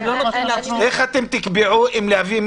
אולי היא לא מאוזנת ונכונה בכתיבתה או בניסוחה.